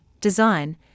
design